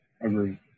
agree